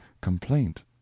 complaint